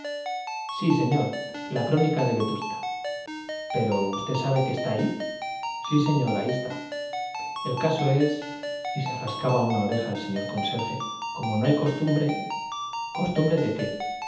sí señor la crónica de vetusta pero usted sabe que está ahí sí señor ahí está el caso es y se rascaba una oreja el señor conserje como no hay costumbre costumbre de qué